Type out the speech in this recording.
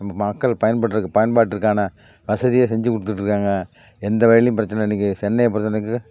ம மக்கள் பயன்பட்டிறக்கு பயன்பாட்டிற்கான வசதியை செஞ்சுக் கொடுத்துட்ருக்காங்க எந்த வழிலையும் பிரச்சின இல்லை இன்றைக்கி சென்னையை பொறுத்தளவுக்கு